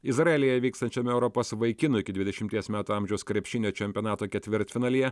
izraelyje vykstančiame europos vaikinų iki dvidešimties metų amžiaus krepšinio čempionato ketvirtfinalyje